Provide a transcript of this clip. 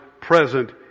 present